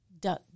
duck